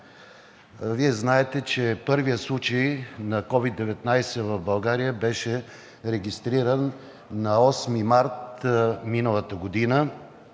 Вие знаете, че първият случай на COVID-19 в България беше регистриран на 8 март миналата година,